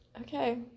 Okay